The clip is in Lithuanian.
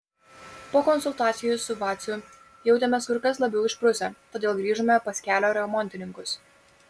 po konsultacijų su vaciu jautėmės kur kas labiau išprusę todėl grįžome pas kelio remontininkus